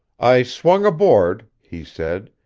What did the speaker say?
i swung aboard, he said.